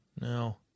no